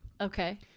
Okay